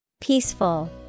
Peaceful